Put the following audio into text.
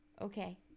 Okay